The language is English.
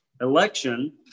Election